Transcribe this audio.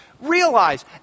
realize